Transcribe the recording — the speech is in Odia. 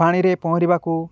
ପାଣିରେ ପହଁରିବାକୁ